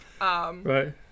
right